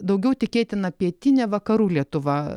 daugiau tikėtina pietinė vakarų lietuva